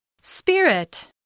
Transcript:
Spirit